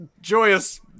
joyous